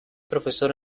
profesor